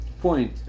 Point